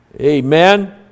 Amen